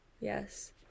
Yes